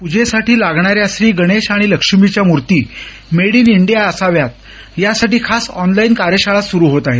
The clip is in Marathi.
प्जेसाठी लागणाऱ्या श्री गणेश आणि लक्ष्मीच्या मूर्ती मेड इन इंडिया असाव्यात यासाठी खास ऑनलाईन कार्यशाळा सुरु होत आहेत